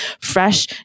fresh